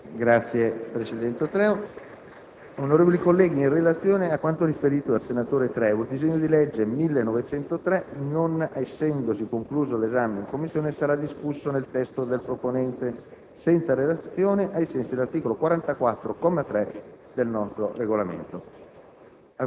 una nuova finestra"). Onorevoli colleghi, in relazione a quanto riferito dal senatore Treu, il disegno di legge n. 1903, non essendosi concluso l'esame in Commissione, sarà discusso nel testo del proponente, senza relazione, ai sensi dell'articolo 44, comma 3, del nostro Regolamento.